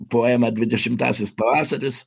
poemą dvidešimtasis pavasaris